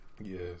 Yes